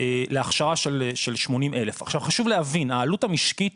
להכשרה של 80,000. חשוב להבין, העלות המשקית